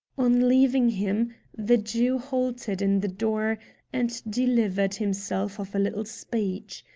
on leaving him the jew halted in the door and delivered himself of a little speech.